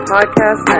Podcast